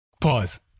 Pause